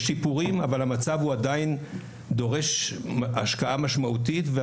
יש שיפורים, אבל המצב עדיין דורש השקעה משמעותית.